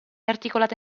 articolata